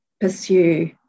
pursue